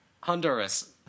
Honduras